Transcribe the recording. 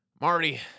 Marty